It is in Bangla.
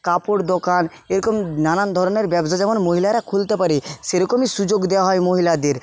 কাপড় দোকান এরকম নানান ধরনের ব্যবসা যেমন মহিলারা খুলতে পারে সেরকমই সুযোগ দেওয়া হয় মহিলাদের